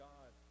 God